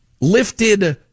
lifted